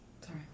Sorry